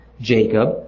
Jacob